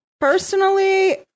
personally